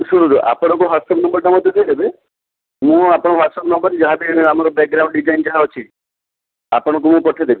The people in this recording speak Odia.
ଶୁଣନ୍ତୁ ଆପଣଙ୍କ ହ୍ୱାଟ୍ସପ୍ ନମ୍ବର୍ ଟା ମୋତେ ଦେଇଦେବେ ମୁଁ ଆପଣଙ୍କ ହ୍ୱାଟ୍ସପ୍ ନମ୍ବର୍ ରେ ଯାହାବି ଆମର ବ୍ୟାକ୍ଗ୍ରାଉଣ୍ଡ୍ ଡିଜାଇନ୍ ଯାହା ଅଛି ଆପଣଙ୍କୁ ମୁଁ ପଠେଇଦେବି